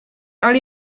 ale